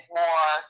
more